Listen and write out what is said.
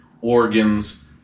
organs